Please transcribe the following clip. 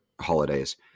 holidays